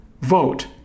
Vote